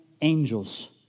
angels